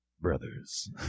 brothers